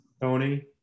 Tony